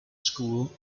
school